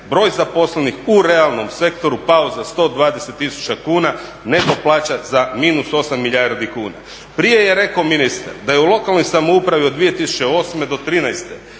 broj zaposlenih u realnom sektoru pao za 120 tisuća kuna, neto plaća za -8 milijardi kuna. Prije je rekao ministar da je u lokalnoj samoupravi od 2008. do 2013.